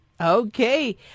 Okay